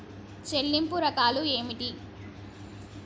చెల్లింపు రకాలు ఏమిటి?